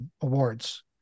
awards